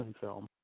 film